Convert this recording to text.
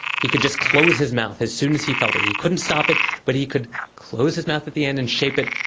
he could just close his mouth as soon as he felt it. he couldn't stop it but he could close his mouth at the end and shape it.